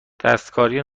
دستکاری